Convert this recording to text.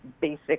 basic